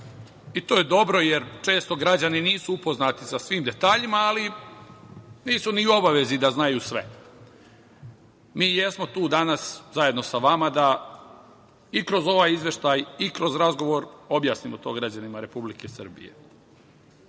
i to je dobro, jer često građani nisu upoznati sa svim detaljima, ali nisu ni u obavezi da znaju sve. Mi jesmo tu danas, zajedno sa vama, da kroz ovaj Izveštaj i ovaj razgovor objasnimo to građanima Republike Srbije. Ceo